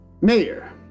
Mayor